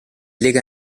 lega